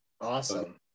Awesome